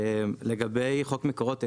לגבי חוק מקורות אנרגיה,